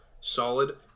solid